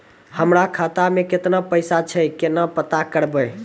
हमरा खाता मे केतना पैसा छै, केना पता करबै?